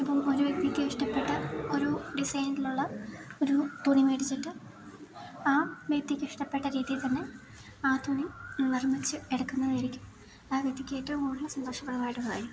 ഇപ്പം ഒരു വ്യക്തിക്ക് ഇഷ്ടപ്പെട്ട ഒരു ഡിസൈനിലുള്ള ഒരു തുണി മേടിച്ചിട്ട് ആ വ്യക്തിക്ക് ഇഷ്ടപ്പെട്ട രീതീയിൽ തന്നെ ആ തുണി നിർമ്മിച്ച് എടുക്കുന്നതായിരിക്കും ആ വ്യക്തിക്ക് ഏറ്റവും കൂടുതൽ സന്തോഷപ്രദമായിട്ടുള്ള കാര്യം